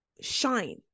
shine